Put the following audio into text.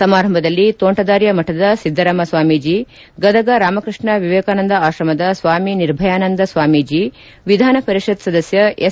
ಸಮಾರಂಭದಲ್ಲಿ ತೋಂಟದಾರ್ಯ ಮಠದ ಸಿದ್ದರಾಮ ಸ್ವಾಮೀಜಿ ಗದಗ ರಾಮಕೃಷ್ಣ ವಿವೇಕಾನಂದ ಆತ್ರಮದ ಸ್ವಾಮಿ ನಿರ್ಭಯಾನಂದ ಸ್ವಾಮೀಜಿ ವಿಧಾನ ಪರಿಷತ್ ಸದಸ್ಯ ಎಸ್